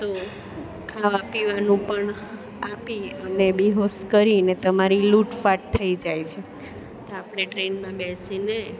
તો ખાવાપીવાનું પણ આપી અને બેહોશ કરીને તમારી લૂંટફાટ થઈ જાય છે તો આપણે ટ્રેનમાં બેસીને